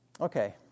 Okay